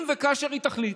אם וכאשר היא תחליט.